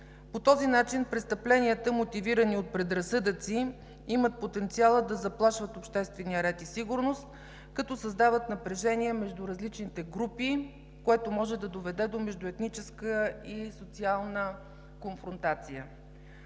По този начин престъпленията, мотивирани от предразсъдъци, имат потенциала да заплашват обществения ред и сигурност, като създават напрежение между различните групи, което може да доведе до междуетническа и социална конфронтация.